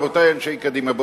רבותי אנשי קדימה,